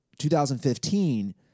2015